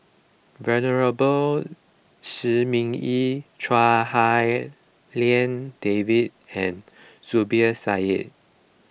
Venerable Shi Ming Yi Chua Hak Lien Dave and Zubir Said